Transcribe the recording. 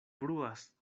bruas